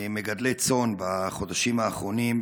מגדלי צאן בחודשים האחרונים.